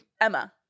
emma